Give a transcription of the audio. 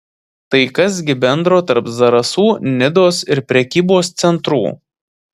tai kas gi bendro tarp zarasų nidos ir prekybos centrų